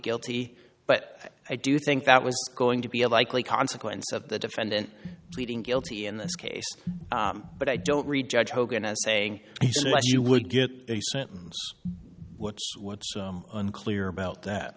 guilty but i do think that was going to be a likely consequence of the defendant pleading guilty in this case but i don't read judge hogan as saying you would get a sentence what's unclear about that